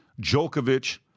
Djokovic